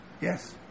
yes